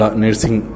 nursing